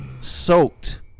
soaked